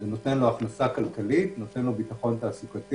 וזה נותן לו הכנסה כלכלית וביטחון תעסוקתי